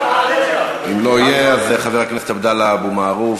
אם לא יהיה, חבר הכנסת עבדאללה אבו מערוף.